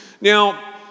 Now